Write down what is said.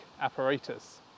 apparatus